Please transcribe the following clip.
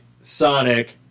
Sonic